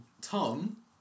Tom